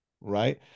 right